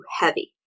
heavy